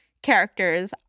Characters